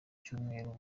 cyumweru